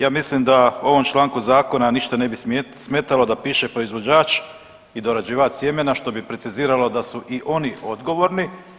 Ja mislim da ovom članku zakona ništa ne bi smetalo da piše proizvođač i dorađivač sjemena što bi preciziralo da su i oni odgovorni.